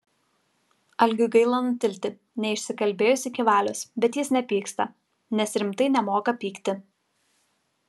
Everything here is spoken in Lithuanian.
algiui gaila nutilti neišsikalbėjus iki valios bet jis nepyksta nes rimtai nemoka pykti